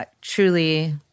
truly